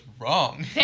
wrong